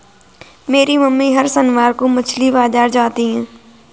मेरी मम्मी हर शनिवार को मछली बाजार जाती है